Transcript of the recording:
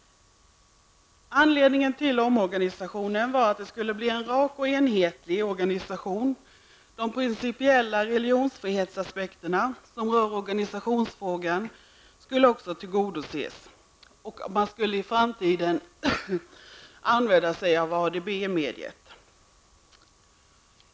Anledningen till omorganisationen var att det skulle bli en rak och enhetlig organisation. De principiella religionsfrihetsaspekterna som rör organisationsfrågan skulle också tillgodoses. Man skulle i framtiden använda ADB-mediet.